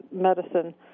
medicine